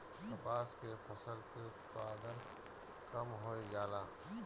कपास के फसल के उत्पादन कम होइ जाला?